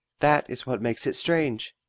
that is what makes it strange.